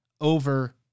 over